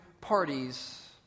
parties